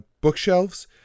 bookshelves